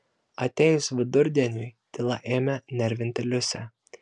atėjus vidurdieniui tyla ėmė nervinti liusę